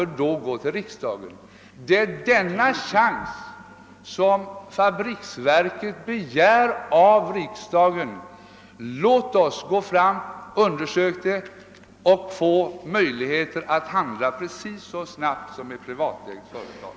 Det är denna chans som fabriksverket begär av riksdagen: Låt oss undersöka detta projekt och få möjlighet att handla precis lika snabbt som ett privatägt företag!